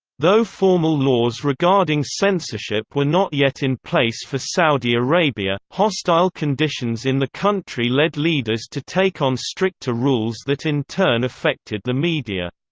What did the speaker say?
though formal laws regarding censorship were not yet in place for saudi arabia, hostile conditions in the country led leaders to take on stricter rules that in turn affected the media.